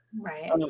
right